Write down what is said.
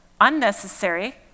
unnecessary